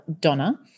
Donna